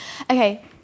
Okay